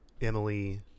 Emily